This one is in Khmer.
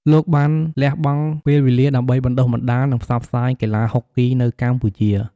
លោកបានលះបង់ពេលវេលាដើម្បីបណ្ដុះបណ្ដាល និងផ្សព្វផ្សាយកីឡាហុកគីនៅកម្ពុជា។